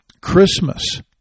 Christmas